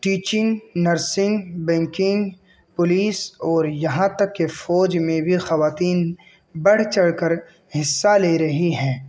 teaching nursing banking police اور یہاں تک کے فوج میں بھی خواتین بڑھ چڑھ کر حصہ لے رہی ہے